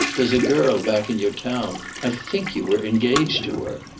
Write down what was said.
there's a girl back in your town. i think you were engaged to her.